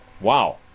Wow